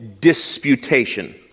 disputation